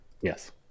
Yes